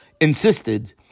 insisted